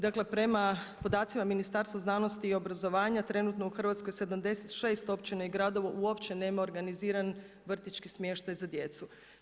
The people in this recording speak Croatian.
Dakle, prema podacima Ministarstva znanosti i obrazovanja trenutno u Hrvatskoj 76 općina i gradova uopće nema organiziran vrtićki smještaj za djecu.